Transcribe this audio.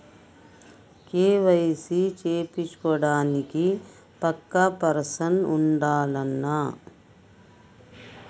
KYC చేపిచ్చుకోవడానికి పక్కా person ఉండాల్నా?